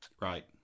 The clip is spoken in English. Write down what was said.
right